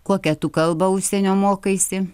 kokią tu kalbą užsienio mokaisi